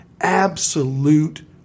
absolute